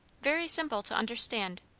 very simple to understand.